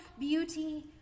beauty